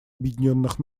объединенных